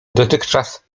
dotychczas